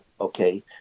Okay